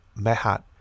Mehat